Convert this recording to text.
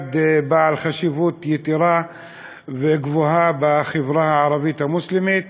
מוסד בעל חשיבות יתרה וגבוהה בחברה הערבית המוסלמית.